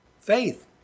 Faith